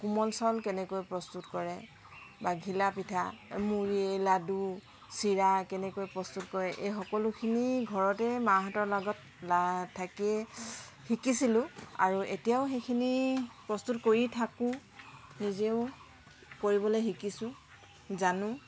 কোমল চাউল কেনেকৈ প্ৰস্তুত কৰে বা ঘিলাপিঠা মুড়ী লাডু চিৰা কেনেকৈ প্ৰস্তুত কৰে এই সকলোখিনি ঘৰতে মাহঁতৰ লগত থাকি শিকিছিলোঁ আৰু এতিয়াও সেইখিনি প্ৰস্তুত কৰি থাকোঁ নিজেও কৰিবলৈ শিকিছোঁ জানো